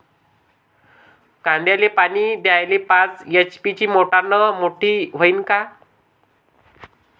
कांद्याले पानी द्याले पाच एच.पी ची मोटार मोटी व्हईन का?